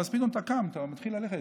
ואז פתאום אתה קם ומתחיל ללכת.